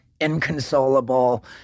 inconsolable